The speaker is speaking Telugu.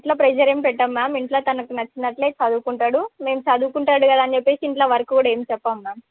అట్లా ప్రెజర్ ఏమి పెట్టం మ్యామ్ ఇంట్లో తనకు నచ్చినట్లే చదువుకుంటాడు మేము చదువుకుంటాడు కదా అని చెప్పేసి ఇంటిలో వర్క్ కూడా ఏమి చెప్పం మ్యామ్